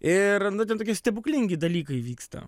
ir nu ten tokie stebuklingi dalykai vyksta